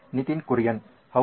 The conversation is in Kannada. ನಿತಿನ್ ಕುರಿಯನ್ ಹೌದು